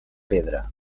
pedra